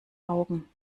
augen